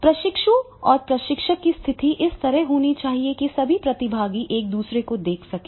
प्रशिक्षु और प्रशिक्षक की स्थिति इस तरह से होनी चाहिए कि सभी प्रतिभागी एक दूसरे को देख सकें